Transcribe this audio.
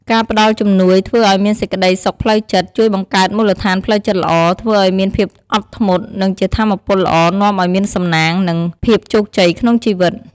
ការផ្តល់ជំនួយធ្វើឲ្យមានសេចក្តីសុខផ្លូវចិត្ត ជួយបង្កើតមូលដ្ឋានផ្លូវចិត្តល្អ ធ្វើឲ្យមានភាពអត់ធ្មត់ និងជាថាមពលល្អនាំឲ្យមានសំណាង និងភាពជោគជ័យក្នុងជីវិត។